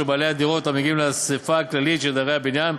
בעלי הדירות המגיעים לאספה הכללית של דיירי הבניין.